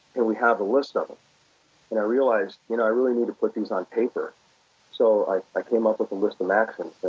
can we have a list of them? and i realize you know i really need to put these on paper so i i came up with a list of maxims.